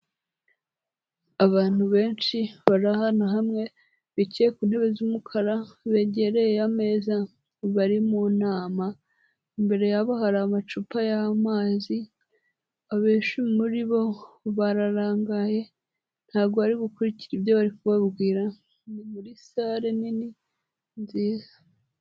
Abantu benshi bari ahantu hamwe bicaye ku ntebe z'umukara begereye ameza bari mu nama imbere yabo hari amacupa y'amazi, abeshi muri bo bararangaye ntago bari gukurikira ibyo bari kubabwira ni muri sare nini nziza.